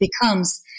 becomes